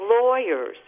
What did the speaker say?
lawyers